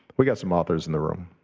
we got some authors in the room.